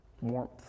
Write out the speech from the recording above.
warmth